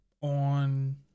on